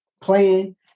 playing